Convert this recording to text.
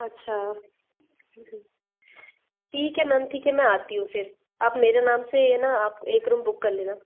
अच्छा जी ठीक है मैम ठीक है मैं आती हूँ फिर आप मेरे नाम से है न आप एक रूम बुक कर लेना